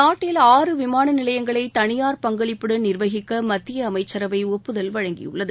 நாட்டில் ஆறு விமான நிலையங்களை தனியார் பங்களிப்புடன் நிர்வகிக்க மத்திய அமைச்சரவை ஒப்புதல் வழங்கியுள்ளது